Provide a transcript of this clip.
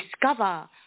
Discover